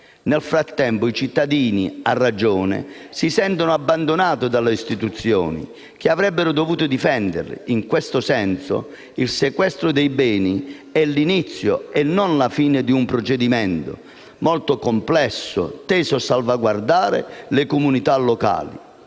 Nel frattempo i cittadini, a ragione, si sentono abbandonati dalle istituzioni che avrebbero dovuto difenderli. In questo senso, il sequestro dei beni è l'inizio e non la fine di un procedimento molto complesso teso a salvaguardare le comunità locali.